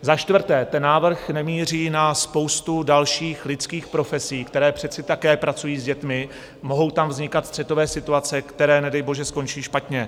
Za čtvrté, ten návrh nemíří na spoustu dalších lidských profesí, které přece také pracují s dětmi, mohou tam vznikat střetové situace, které nedejbože skončí špatně.